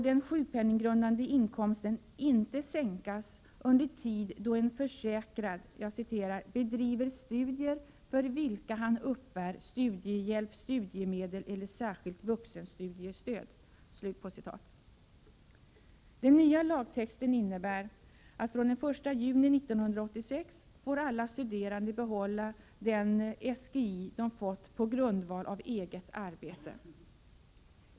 Den nya lagtexten innebär att alla studerande fr.o.m. den 1 juni 1986 får behålla den SGI de fått på grundval av eget arbete.